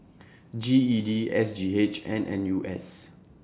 G E D S G H and N U S